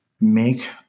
make